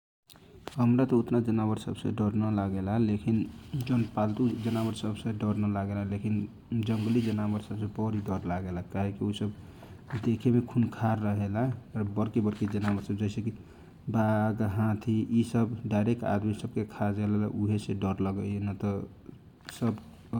हमरा त उतना जनावर सबसे डर न लागेला लेखिन पाल्तु जनावर सबहे डर न नलागेला लेखिन जङ्गली जनावर सबसे बरी डर लागेला काहे की देखे मे बड़ी खुनखार रहेला र बड़की बडकी जनावर सब जैसेकी बाघ, हाती, इ सब डाइरेकट आदमी सब के खा जवेला उहे से डर लागईए।